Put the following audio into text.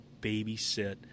babysit